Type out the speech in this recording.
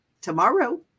Tomorrow